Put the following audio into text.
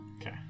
Okay